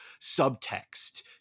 subtext